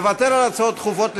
לוותר על הצעות דחופות לסדר-היום.